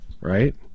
right